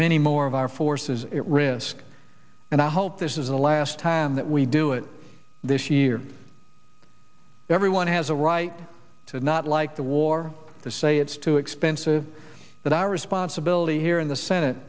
many more of our forces it risk and i hope this is the last time that we do it this year everyone has a right to not like the war to say it's too expensive but our responsibility here in the senate